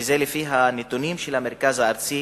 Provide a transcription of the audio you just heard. וזה לפי הנתונים של המרכז הארצי